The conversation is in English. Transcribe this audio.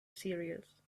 cereals